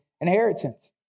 inheritance